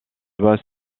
doit